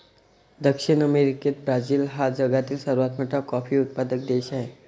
दक्षिण अमेरिकेत ब्राझील हा जगातील सर्वात मोठा कॉफी उत्पादक देश आहे